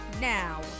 Now